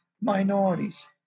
minorities